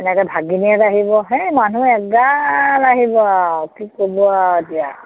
এনেকে ভাগিনীয়েক আহিব সেই মানুহ এগাল আহিব আৰু কি ক'ব আৰু এতিয়া